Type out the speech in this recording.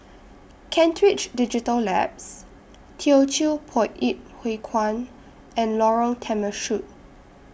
Kent Ridge Digital Labs Teochew Poit Ip Huay Kuan and Lorong Temechut